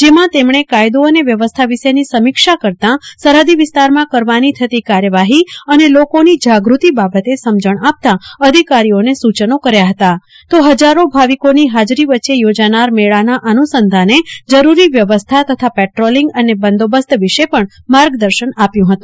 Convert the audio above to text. જેમાં તેમણે કાયદો અને વ્યવસ્થા વિશેની સમીક્ષા કરતાં સરહદી વિસ્તારમાં કરવાની થતી કાર્યવાહી અને લોકોની જાગૃતિ બાબતે સમજણ આપતાં અધિકારીઓને સૂચનો કર્યાં હતાં તો હજારો ભાવિકોની હાજરી વચ્ચે યોજાનારા મેળાના અનુસંધાને જરૂરી વ્યવસ્થા તથા પેટ્રોલિંગ અને બંદોબસ્ત વિશે પણ તેમણે માર્ગદર્શન આપ્યું હતું